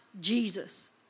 Jesus